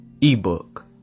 ebook